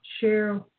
share